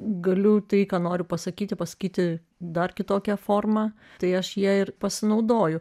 galiu tai ką noriu pasakyti pasakyti dar kitokia forma tai aš ją ir pasinaudoju